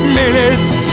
minutes